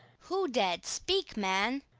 who dead? speak, man.